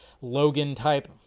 Logan-type